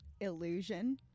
illusion